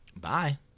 bye